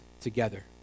together